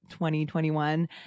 2021